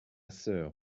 soeur